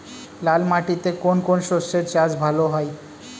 লাল মাটিতে কোন কোন শস্যের চাষ ভালো হয়?